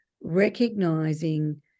recognizing